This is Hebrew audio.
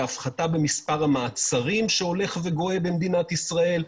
בהפחתה במספר המעצרים שהולך וגואה במדינת ישראל,